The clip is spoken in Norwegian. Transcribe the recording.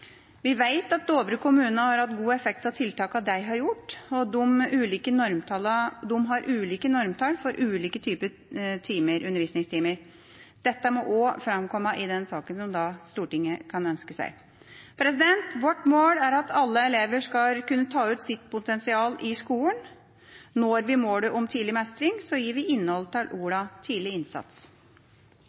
Vi vet at Dovre kommune har hatt god effekt av tiltakene de har gjort. De har ulike normtall for ulike typer undervisningstimer. Dette må også framkomme i saken som Stortinget kan ønske seg. Vårt mål er at alle elever skal kunne ta ut sitt potensial i skolen. Når vi målet om tidlig mestring, gir vi innhold til ordene «tidlig innsats».